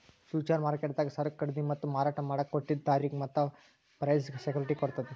future ಮಾರ್ಕೆಟ್ದಾಗ್ ಸರಕ್ ಖರೀದಿ ಮತ್ತ್ ಮಾರಾಟ್ ಮಾಡಕ್ಕ್ ಕೊಟ್ಟಿದ್ದ್ ತಾರಿಕ್ ಮತ್ತ್ ಪ್ರೈಸ್ಗ್ ಸೆಕ್ಯುಟಿಟಿ ಕೊಡ್ತದ್